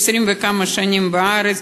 20 וכמה שנים בארץ,